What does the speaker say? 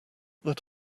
that